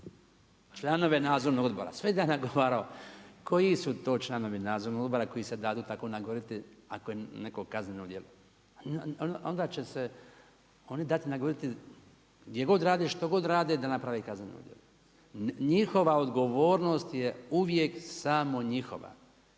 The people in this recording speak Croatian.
članove Nadzornog odbora, sve da je nagovarao koji su to članovi Nadzornog odbora koji se dadu tako nagovoriti ako je neko kazneno djelo, onda će se oni dati nagovoriti gdje god rade, što god rade da naprave kazneno djelo. Njihova odgovornost je uvijek samo njihova,